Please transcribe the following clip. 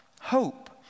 hope